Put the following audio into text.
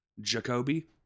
Jacoby